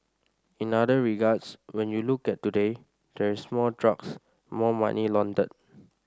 in other regards when you look at today there is more drugs more money laundered